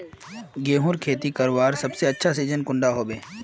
गेहूँर खेती करवार सबसे अच्छा सिजिन कुंडा होबे?